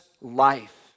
life